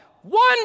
one